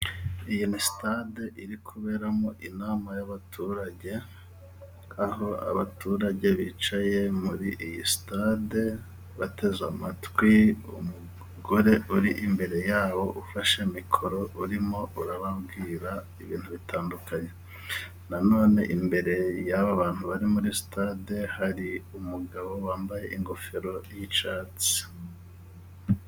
Iyi ni sitade iri kuberamo inama y'abaturage, aho abaturage bicaye muri iyi sitade bateze amatwi umugore uri imbere yabo ufashe mikoro, urimo ubabwira ibintu bitandukanye. Na none imbere y'aba bantu bari muri sitade hari umugabo wambaye ingofero y'icyatsi.